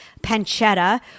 pancetta